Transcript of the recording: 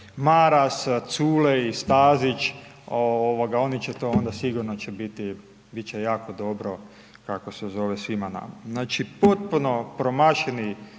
Maras, Culej, Stazić, oni će onda, sigurno će biti jako dobro kako se zove svima nama. Znači potpuno promašeni